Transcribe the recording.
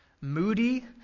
moody